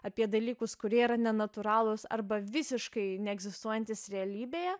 apie dalykus kurie yra nenatūralūs arba visiškai neegzistuojantys realybėje